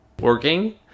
working